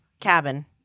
Cabin